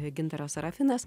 gintaras sarafinas